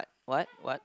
what what